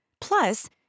Plus